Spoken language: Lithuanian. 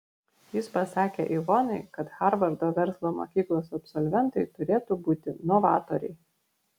jis pasakė ivonai kad harvardo verslo mokyklos absolventai turėtų būti novatoriai